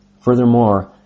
Furthermore